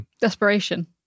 desperation